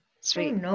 Sweet